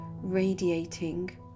radiating